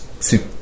two